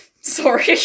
sorry